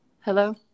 Hello